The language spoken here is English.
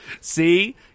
See